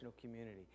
community